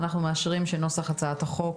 הצבעה אושר אנחנו מאשרים שנוסח הצעת החוק